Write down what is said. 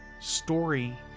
story